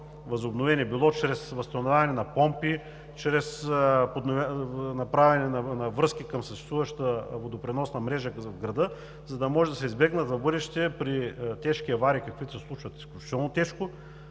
срок – било чрез възстановяване на помпи, чрез връзки към съществуващата водопреносна мрежа за града, за да може да се избегнат в бъдеще тежки аварии, каквито се случват изключително често,